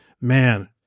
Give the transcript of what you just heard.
man